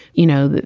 you know,